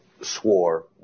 swore